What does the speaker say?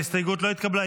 ההסתייגות לא התקבלה.